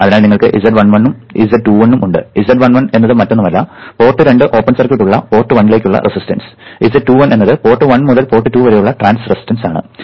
അതിനാൽ നിങ്ങൾക്ക് Z11 ഉം Z21 ഉം ഉണ്ട് Z11 എന്നത് മറ്റൊന്നുമല്ല പോർട്ട് 2 ഓപ്പൺ സർക്യൂട്ട് ഉള്ള പോർട്ട് 1 ലേക്ക് ഉള്ള റെസിസ്റ്റൻസ് Z21 എന്നത് പോർട്ട് 1 മുതൽ പോർട്ട് 2 വരെയുള്ള ട്രാൻസ് റെസിസ്റ്റൻസ് ആണ്